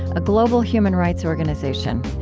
a global human rights organization.